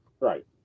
right